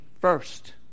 first